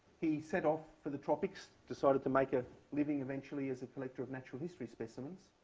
he set off for the tropics decided to make a living eventually as a collector of natural history specimens.